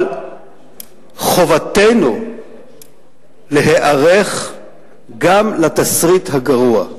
אבל חובתנו להיערך גם לתסריט הגרוע.